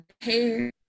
hair